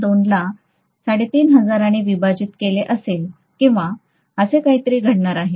2 ला 3500 ने विभाजित केले असेल किंवा असे काहीतरी घडणार आहे